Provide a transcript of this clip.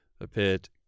appeared